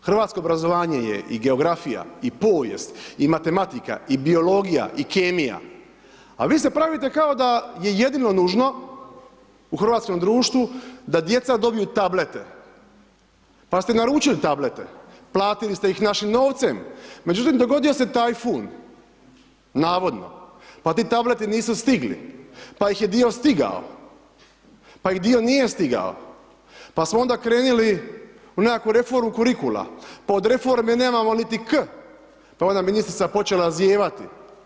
Hrvatsko obrazovanje je i geografija i povijest i matematika i biologija i kemija, vi se pravite kao da je jedino nužno u hrvatskom društvu da djeca dobiju tablete, pa ste naručili tablete, platili ste ih našim novcem međutim dogodio se tajfun, navodno pa ti tableti nisu stigli, pa ih je dio stigao, pa ih dio nije stigao, pa smo onda krenuli u nekakvu reformu kurikula, pa od reforme nemamo niti “k“, ... ministrica nam je počela zijevati.